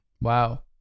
Wow